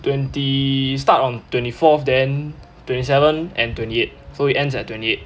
twenty start on twenty fourth then twenty seven and twenty eight so it ends at twenty eight